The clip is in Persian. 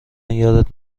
یادت